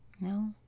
No